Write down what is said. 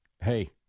hey